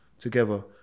together